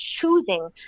choosing